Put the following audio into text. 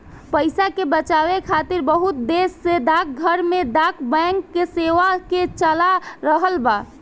पइसा के बचावे खातिर बहुत देश डाकघर में डाक बैंक सेवा के चला रहल बा